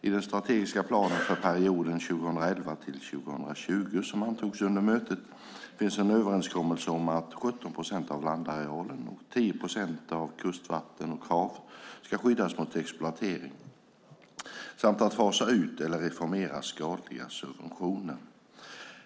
I den strategiska planen för perioden 2011-2020 som antogs under mötet finns en överenskommelse om att 17 procent av landarealen och 10 procent av kustvatten och hav ska skyddas mot exploatering samt att fasa ut eller reformera skadliga subventioner.